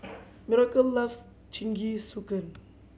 Miracle loves Jingisukan